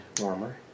warmer